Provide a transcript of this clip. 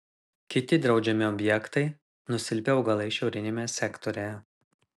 kiti draudžiami objektai nusilpę augalai šiauriniame sektoriuje